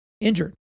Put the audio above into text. injured